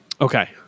Okay